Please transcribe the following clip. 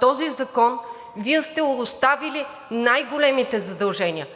този закон Вие сте оставили най-големите задължения